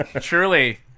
truly